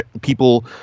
People